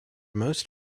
most